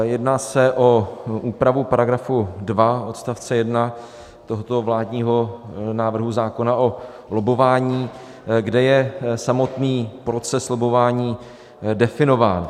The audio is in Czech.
Jedná se o úpravu § 2 odst. 1 tohoto vládního návrhu zákona o lobbování, kde je samotný proces lobbování definován.